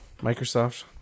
microsoft